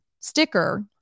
sticker